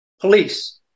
police